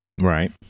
Right